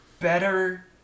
better